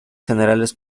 generales